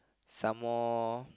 some more